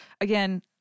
again